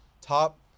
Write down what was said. top